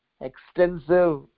extensive